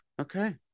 okay